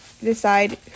decide